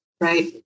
right